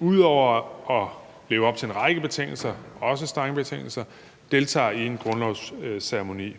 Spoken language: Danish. ud over at leve op til en række betingelser, også strenge betingelser, deltager i en grundlovsceremoni.